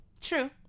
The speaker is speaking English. true